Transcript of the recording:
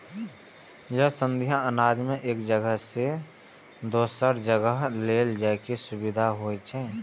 अय सं अनाज कें एक जगह सं दोसर जगह लए जाइ में सुविधा होइ छै